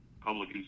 public